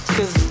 Cause